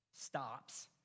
stops